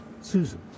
Susan